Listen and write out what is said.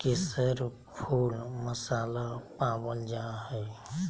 केसर फुल मसाला पावल जा हइ